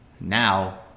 now